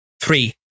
Three